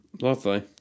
Lovely